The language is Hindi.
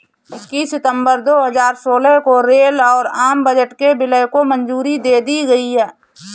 इक्कीस सितंबर दो हजार सोलह को रेल और आम बजट के विलय को मंजूरी दे दी गयी